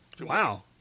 Wow